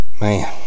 Man